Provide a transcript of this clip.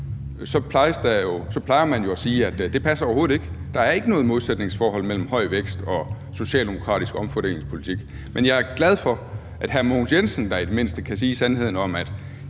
plejer man at sige, at det overhovedet ikke passer, og at der ikke er noget modsætningsforhold mellem høj vækst og socialdemokratisk omfordelingspolitik. Men jeg er glad for, at hr. Mogens Jensen i det mindste kan sige sandheden om, at